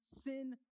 sin